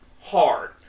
Hard